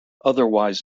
otherwise